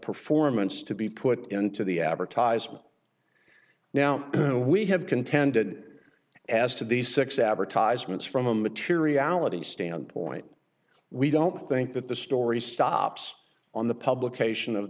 performance to be put into the advertisement now and we have contended as to these six advertisements from a materiality standpoint we don't think that the story stops on the publication of